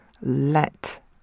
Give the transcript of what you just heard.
Let